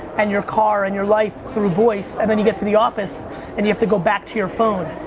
and your car, and your life through voice, and then you get to the office and you have to go back to your phone.